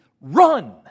run